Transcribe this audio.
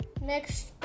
Next